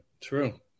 true